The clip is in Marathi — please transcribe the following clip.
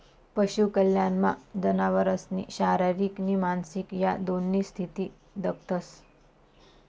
पशु कल्याणमा जनावरसनी शारीरिक नी मानसिक ह्या दोन्ही स्थिती दखतंस